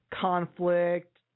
conflict